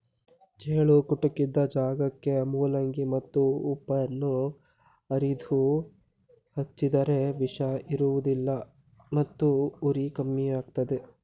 ಚೇಳು ಕುಟುಕಿದ ಜಾಗಕ್ಕೆ ಮೂಲಂಗಿ ಮತ್ತು ಉಪ್ಪನ್ನು ಅರೆದು ಹಚ್ಚಿದರೆ ವಿಷ ಏರುವುದಿಲ್ಲ ಮತ್ತು ಉರಿ ಕಮ್ಮಿಯಾಗ್ತದೆ